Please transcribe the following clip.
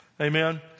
Amen